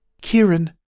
Kieran